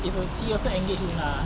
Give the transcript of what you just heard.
is a she also engage luna